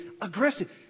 aggressive